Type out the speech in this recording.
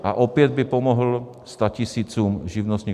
A opět by pomohl statisícům živnostníků.